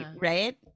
right